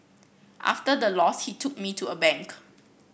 after the loss he took me to a bank